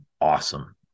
awesome